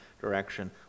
direction